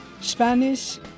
Spanish